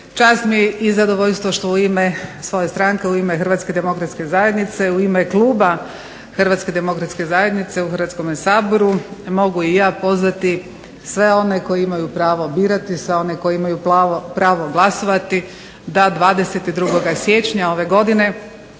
Čast mi je i zadovoljstvo što u ime svoje stranke, u ime HDZ-a, u ime Kluba HDZ-a, u Hrvatskome saboru mogu i ja pozvati sve one koji imaju pravo birati, sve one koji imaju pravo glasovati da 22. siječnja ove godine